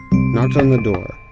knocked on the door,